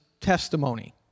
testimony